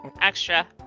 Extra